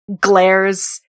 glares